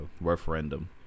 referendum